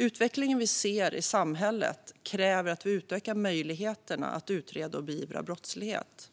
Utvecklingen vi ser i samhället kräver att vi utökar möjligheterna att utreda och beivra brottslighet.